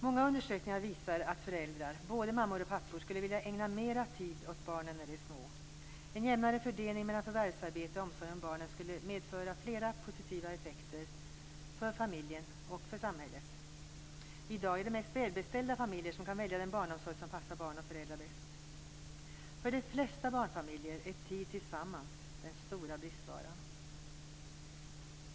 Många undersökningar visar att föräldrar, både mammor och pappor, skulle vilja ägna mer tid åt barnen när de är små. En jämnare fördelning mellan förvärvsarbete och omsorg om barnen skulle medföra flera positiva effekter för familjen och samhället. I dag är det mest välbeställda familjer som kan välja den barnomsorg som passar barn och föräldrar bäst. För de flesta barnfamiljer är tid tillsammans den stora bristvaran.